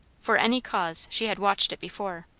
for any cause, she had watched it before.